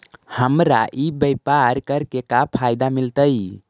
हमरा ई व्यापार करके का फायदा मिलतइ?